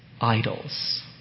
idols